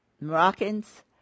Moroccans